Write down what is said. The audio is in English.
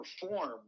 perform